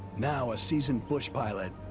now a seasoned bush pilot,